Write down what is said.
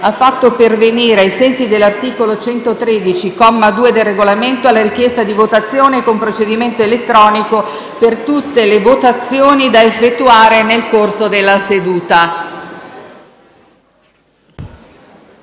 fatto pervenire, ai sensi dell'articolo 113, comma 2, del Regolamento, la richiesta di votazione con procedimento elettronico per tutte le votazioni da effettuare nel corso della seduta.